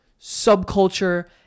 subculture